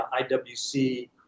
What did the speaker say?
IWC